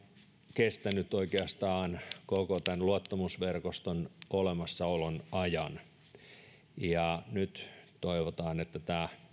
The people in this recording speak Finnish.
kestänyt oikeastaan koko tämän luottamusverkoston olemassaolon ajan nyt toivotaan että tämä